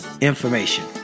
information